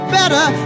better